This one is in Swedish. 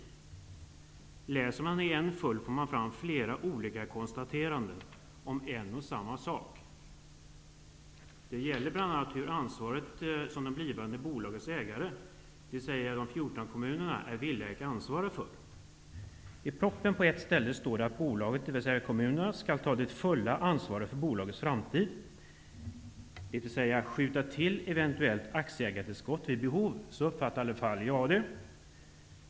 När man läser den i en följd får man fram flera olika konstateranden om en och samma sak. Det gäller bl.a. vilket ansvar det blivande bolagets ägare, dvs. de 14 kommunerna, är villiga att ta. På ett ställe framgår det i propositionen att bolaget, dvs. kommunerna, skall ta det fulla ansvaret för bolagets framtid. Kommunerna skall alltså skjuta till eventuellt aktieägartillskott vid behov. Så uppfattar i alla fall jag detta.